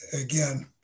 again